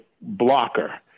blocker